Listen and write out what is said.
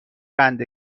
قند